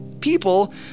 People